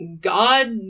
God